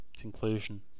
conclusion